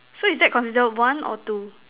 so is that consider one or two